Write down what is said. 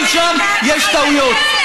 גם שם יש טעויות.